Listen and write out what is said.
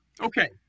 Okay